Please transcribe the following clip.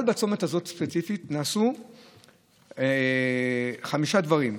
אבל בצומת הזה ספציפית נעשו חמישה דברים,